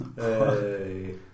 hey